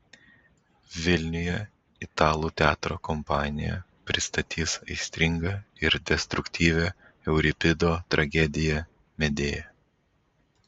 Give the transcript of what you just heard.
vilniuje italų teatro kompanija pristatys aistringą ir destruktyvią euripido tragediją medėja